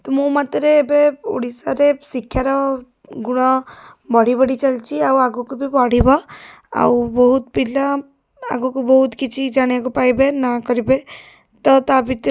ମୋ ମତରେ ଏବେ ଓଡ଼ିଶାରେ ଶିକ୍ଷାର ଗୁଣ ବଢ଼ି ବଢ଼ି ଚାଲିଛି ଆଉ ଆଗକୁ ବି ବଢ଼ିବ ଆଉ ବହୁତ ପିଲା ଆଗକୁ ବହୁତ କିଛି ଜାଣିବାକୁ ପାଇବେ ନାଁ କରିବେ ତ ତା' ଭିତରୁ